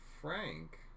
Frank